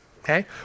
okay